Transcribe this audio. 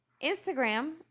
Instagram